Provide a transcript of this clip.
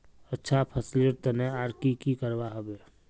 अच्छा फसलेर तने आर की की करवा होबे?